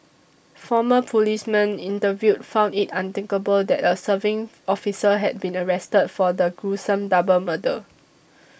former policemen interviewed found it unthinkable that a serving officer had been arrested for the gruesome double murder